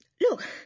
Look